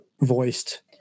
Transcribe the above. voiced